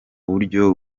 buryo